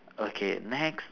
okay next